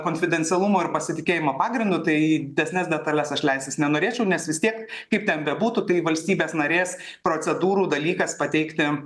konfidencialumo ir pasitikėjimo pagrindu tai į didesnes detales aš leistis nenorėčiau nes vis tiek kaip ten bebūtų tai valstybės narės procedūrų dalykas pateikti